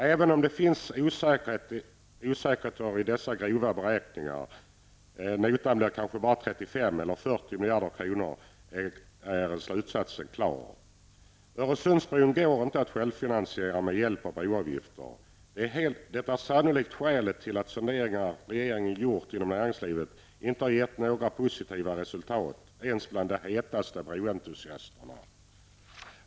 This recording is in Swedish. Även om det finns osäkerheter i dessa grova beräkningar -- notan blir kanske ''bara'' 35 och inte 40 miljarder kronor -- är slutsatsen klar: Öresundsbron går inte att självfinansiera med hjälp av broavgifter. Detta är sannolikt skälet till att sonderingar regeringarna gjort inom näringslivet inte har gett några positiva resultat ens bland de hetaste broentusiasterna.